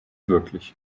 wirklich